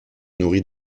nourrit